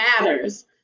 matters